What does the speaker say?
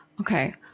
Okay